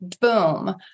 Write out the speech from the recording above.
boom